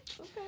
Okay